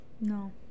no